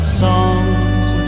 songs